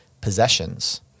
possessions